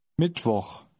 Mittwoch